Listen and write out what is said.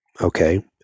okay